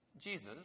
Jesus